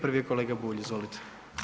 Prvi je kolega Bulj, izvolite.